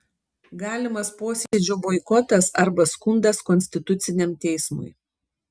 galimas posėdžio boikotas arba skundas konstituciniam teismui